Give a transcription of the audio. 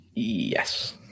Yes